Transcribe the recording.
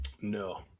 No